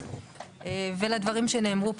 ולדברים שנאמרו.